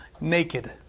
naked